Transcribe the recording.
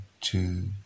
two